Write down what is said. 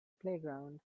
playground